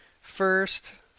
First